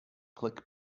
click